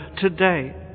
today